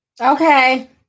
Okay